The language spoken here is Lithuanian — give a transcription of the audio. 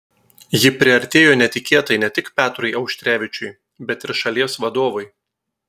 ji priartėjo netikėtai ne tik petrui auštrevičiui bet ir šalies vadovui